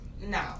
No